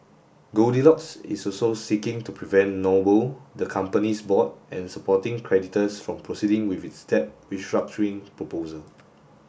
goldilocks is also seeking to prevent Noble the company's board and supporting creditors from proceeding with its debt restructuring proposal